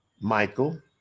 Michael